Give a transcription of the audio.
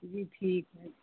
जी ठीक है